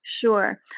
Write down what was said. Sure